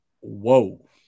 Whoa